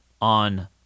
on